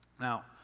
Now